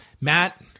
Matt